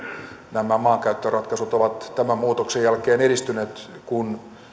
nämä maankäyttöratkaisut ovat tämän muutoksen jälkeen edistyneet kun